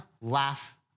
laugh